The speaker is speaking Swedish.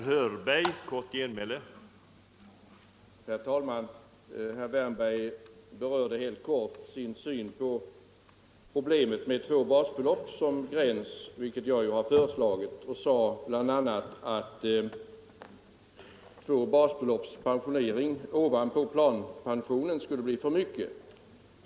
Herr talman! Herr Wärnberg berörde helt kort sin syn på problemet med två basbelopp som gräns, vilket jag har föreslagit, och sade bl.a. att pension med två basbelopp ovanpå planpensionen skulle bli för mycket.